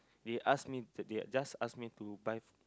they ask to they just ask me to buy